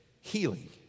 healing